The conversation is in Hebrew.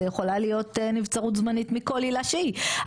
זה יכולה להיות נבצרות זמנית מכל עילה שהיא,